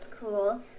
cool